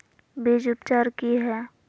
बीज उपचार कि हैय?